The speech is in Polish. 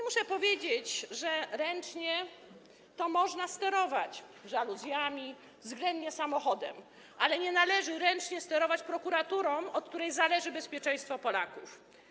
Muszę powiedzieć, że ręcznie to można sterować żaluzjami, względnie samochodem, ale nie należy ręcznie sterować prokuraturą, od której zależy bezpieczeństwo Polaków.